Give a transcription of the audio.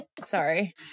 Sorry